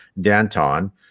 Danton